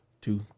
two